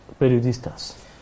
periodistas